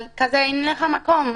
אבל אין לך מקום.